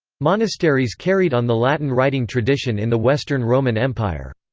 monasteries carried on the latin writing tradition in the western roman empire.